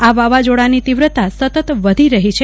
આ વાવાઝોડાની તીવ્રતા સતત વધી રહી છે